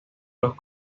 los